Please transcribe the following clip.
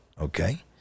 okay